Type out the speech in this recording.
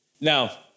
Now